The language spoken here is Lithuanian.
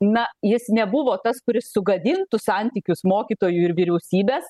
na jis nebuvo tas kuris sugadintų santykius mokytojų ir vyriausybės